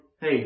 hey